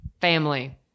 family